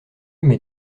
mes